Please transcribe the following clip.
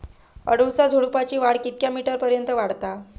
अडुळसा झुडूपाची वाढ कितक्या मीटर पर्यंत वाढता?